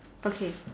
okay